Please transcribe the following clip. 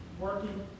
working